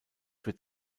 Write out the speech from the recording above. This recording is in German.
wird